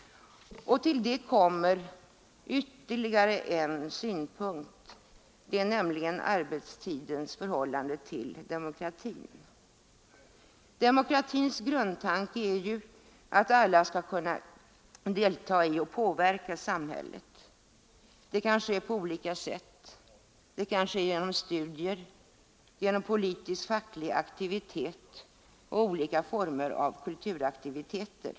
Till detta kommer ytterligare en synpunkt. Det är arbetstidens förhållande till demokratin. Demokratins grundtanke är ju att alla skall kunna delta i och påverka samhället. Det kanske sker på olika sätt: genom studier, genom politisk och facklig aktivitet, genom olika former av kulturaktiviteter.